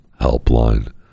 helpline